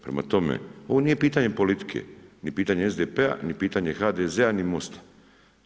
Prema tome, ovo nije pitanje politike ni pitanje SDP-a, ni pitanje HDZ-a ni MOST-a.